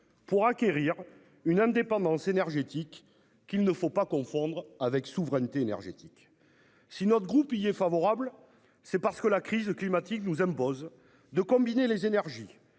pour acquérir une indépendance énergétique qu'il ne faut pas confondre avec souveraineté énergétique. Si notre groupe il y est favorable. C'est parce que la crise climatique nous impose de combiner les énergies